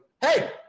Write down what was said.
hey